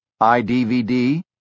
iDVD